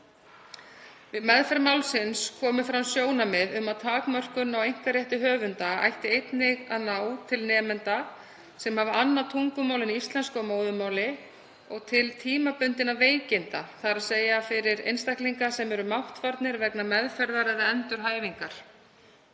Við meðferð málsins komu fram sjónarmið um að takmörkun á einkarétti höfunda ætti einnig að ná til nemenda sem hafa annað tungumál en íslensku að móðurmáli og til tímabundinna veikinda, þ.e. fyrir einstaklinga sem eru máttfarnir vegna meðferðar eða endurhæfingar.